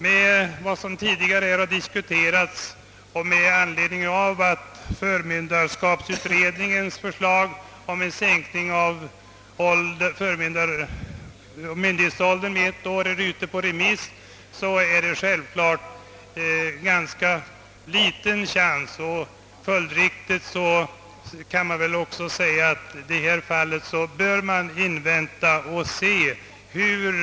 Med tanke på vad som här tidigare sagts och då förmynderskapsutredningens förslag om en sänkning av myndighetsåldern med ett år är ute på remiss är det självklart ganska liten chans till bifall till motionsyrkandet. Vi får väl i detta fall vänta och se hur utfallet blir i fråga om myndighetsåldern.